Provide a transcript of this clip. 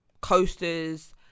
coasters